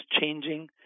changing